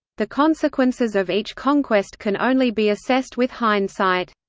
the consequences of each conquest can only be assessed with hindsight.